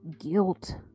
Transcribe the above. guilt